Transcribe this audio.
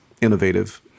innovative